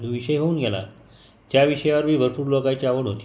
विषय होऊन गेला त्या विषयावर बी भरपूर लोकाहिची आवड होती